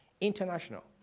International